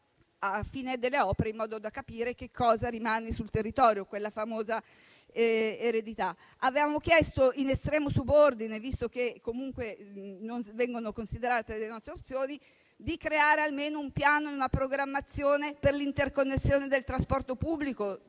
a fine delle opere, in modo da capire che cosa rimane sul territorio, quella famosa eredità. Avevamo chiesto in estremo subordine, visto che non vengono considerate le nostre opzioni, di creare almeno un piano e una programmazione per l'interconnessione del trasporto pubblico,